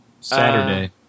saturday